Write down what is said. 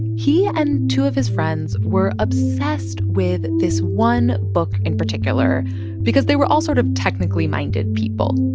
he and two of his friends were obsessed with this one book in particular because they were all sort of technically minded people.